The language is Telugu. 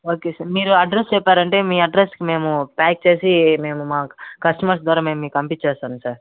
ఓకే సార్ మీరు అడ్రస్ చెప్పారంటే మీ అడ్రస్కి మేము ప్యాక్ చేసి మేము మా కస్టమర్స్ ద్వారా మేము మీకు పంపించేస్తాను సార్